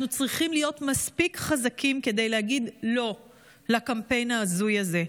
אנחנו צריכים להיות מספיק חזקים כדי להגיד לא לקמפיין ההזוי הזה.